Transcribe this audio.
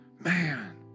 Man